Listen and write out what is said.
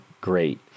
great